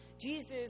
Jesus